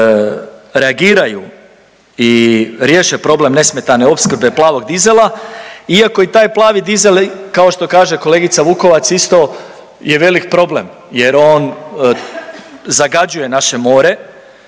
da reagiraju i riješe problem nesmetane opskrbe plavog dizela, iako i taj plavi dizel kao što kaže kolegica Vukovac isto je velik problem jer on zagađuje naše more